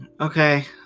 Okay